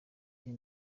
uyu